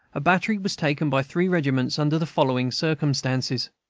a battery was taken by three regiments, under the following circumstances